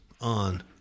on